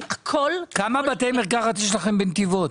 כמה בתי מרקחת יש לכם בנתיבות?